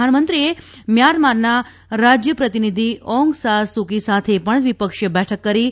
પ્રધાનમંત્રીએ મ્યાનમ્યારના રાજ્યપ્રતિનિધી ઓંગ સાં સુ કી સાથે પણ દ્વિપક્ષી બેઠક કરી હતી